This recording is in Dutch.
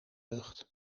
lucht